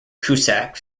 cusack